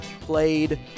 played